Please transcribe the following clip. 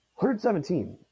117